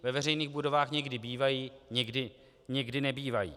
Ve veřejných budovách někdy bývají, někdy nebývají.